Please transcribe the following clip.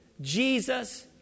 Jesus